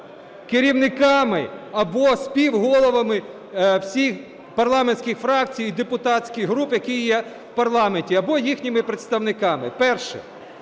керівниками або співголовами всіх парламентських фракцій і депутатських груп, які є в парламенті або їхніми представниками. Перше.